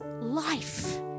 life